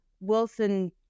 Wilson